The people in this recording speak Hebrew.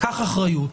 קח אחריות,